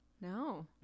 No